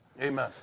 Amen